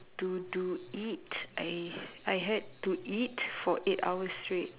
to to it I I heard to eat for eight hours straight